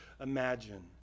imagine